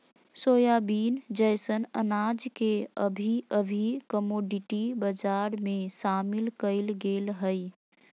soybean जैसन अनाज के अभी अभी कमोडिटी बजार में शामिल कइल गेल हइ